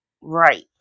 Right